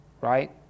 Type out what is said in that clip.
Right